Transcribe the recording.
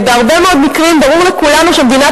בהרבה מאוד מקרים ברור לכולנו שמדינת